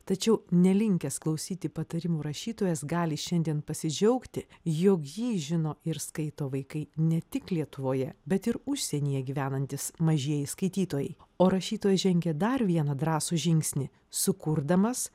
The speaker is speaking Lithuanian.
tačiau nelinkęs klausyti patarimų rašytojas gali šiandien pasidžiaugti jog jį žino ir skaito vaikai ne tik lietuvoje bet ir užsienyje gyvenantys mažieji skaitytojai o rašytojas žengė dar vieną drąsų žingsnį sukurdamas